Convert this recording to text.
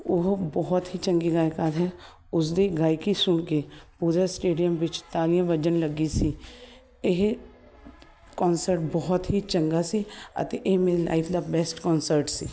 ਉਹ ਬਹੁਤ ਹੀ ਚੰਗੀ ਗਾਇਕਾ ਹੈ ਉਸ ਦੀ ਗਾਇਕੀ ਸੁਣ ਕੇ ਉਹਦੇ ਸਟੇਡੀਅਮ ਵਿੱਚ ਤਾਲੀਆਂ ਵੱਜਣ ਲੱਗੀ ਸੀ ਇਹ ਕੌਂਨਸਟ ਬਹੁਤ ਹੀ ਚੰਗਾ ਸੀ ਅਤੇ ਇਹ ਮੇਰੀ ਲਾਈਫ ਦਾ ਬੈਸਟ ਕੌਂਨਸਟ ਸੀ